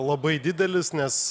labai didelis nes